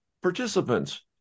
participants